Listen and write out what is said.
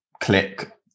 click